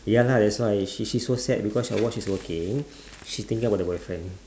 ya lah that's why sh~ she so sad because while she's working she thinking about the boyfriend